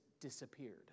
disappeared